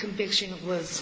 conviction was